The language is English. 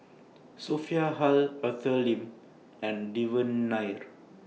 Sophia Hull Arthur Lim and Devan Nair